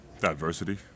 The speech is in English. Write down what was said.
Diversity